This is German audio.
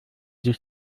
sich